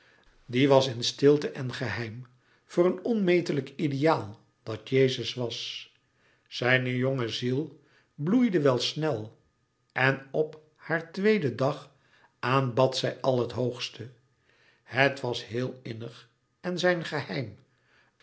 die was in stilte en geheim voor een onmetelijk ideaal dat jezus was zijne jonge ziel bloeide wel snel en op haar tweeden dag aanbad zij al het hoogste het was heel innig en zijn geheim